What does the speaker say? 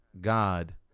God